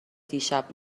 دیشب